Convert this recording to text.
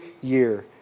year